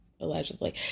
allegedly